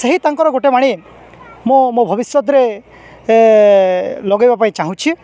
ସେହି ତାଙ୍କର ଗୋଟେ ବାଣି ମୁଁ ମୋ ଭବିଷ୍ୟତରେ ଲଗାଇବା ପାଇଁ ଚାହୁଁଛି